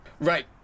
Right